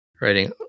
writing